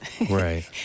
Right